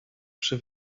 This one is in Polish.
przy